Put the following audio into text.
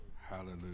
Hallelujah